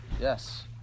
Yes